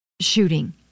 shooting